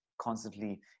constantly